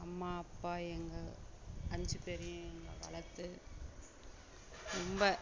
அம்மா அப்பா எங்கள் அஞ்சு பேரு எங்களை வளர்த்து ரொம்ப